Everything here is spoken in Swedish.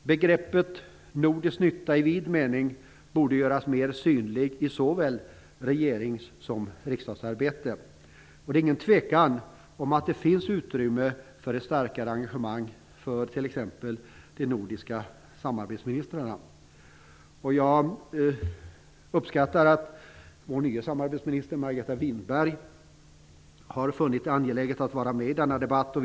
Begreppet "nordisk nytta" i vid mening borde göras mer synligt i såväl regerings som riksdagsarbete. Det är ingen tvekan om att det finns utrymme för ett starkare engagemang för t.ex. de nordiska samarbetsministrarna. Jag uppskattar att vår nya samarbetsminister Margareta Winberg har funnit det angeläget att vara med i debatten.